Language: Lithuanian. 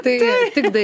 tai tik tada